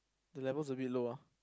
the levels a bit low ah